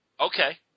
Okay